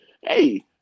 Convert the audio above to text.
hey